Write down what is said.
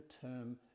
term